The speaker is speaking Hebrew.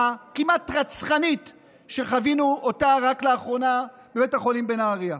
הכמעט-רצחנית שחווינו רק לאחרונה בבית החולים בנהריה.